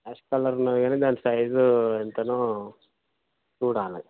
ash colour ఉంది కానీ దాని సైజు ఎంతనో చూడాలి